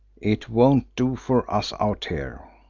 it won't do for us out here.